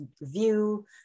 view